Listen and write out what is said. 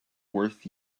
worth